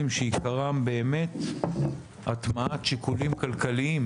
שעיקרם באמת הטמעת שיקולים כלכליים